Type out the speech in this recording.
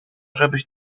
żebyś